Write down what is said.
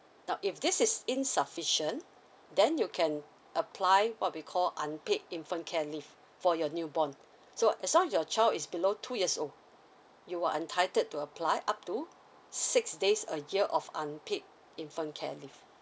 now if this is insufficient then you can apply what we call unpaid infant care leave for your newborn so as long your child is below two years old you are entitled to apply up to six days a year of unpaid infant care leave